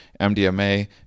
MDMA